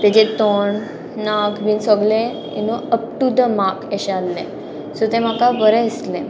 तेजे तोंड नाक बीन सोगलें you know up to the mark अशें आहलें सो तें म्हाका बरें दिसलें